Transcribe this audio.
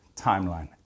timeline